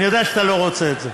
אני יודע שאתה לא רוצה את זה.